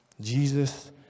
Jesus